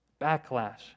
backlash